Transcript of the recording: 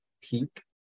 peak